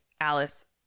alice